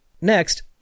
Next